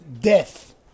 death